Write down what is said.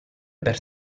per